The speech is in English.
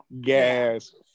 gas